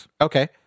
Okay